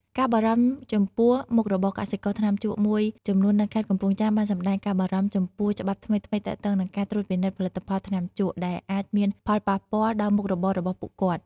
ការបារម្ភចំពោះមុខរបរ កសិករដាំថ្នាំជក់មួយចំនួននៅខេត្តកំពង់ចាមបានសម្តែងការបារម្ភចំពោះច្បាប់ថ្មីៗទាក់ទងនឹងការត្រួតពិនិត្យផលិតផលថ្នាំជក់ ដែលអាចមានផលប៉ះពាល់ដល់មុខរបររបស់ពួកគាត់។